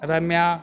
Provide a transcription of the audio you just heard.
Ramya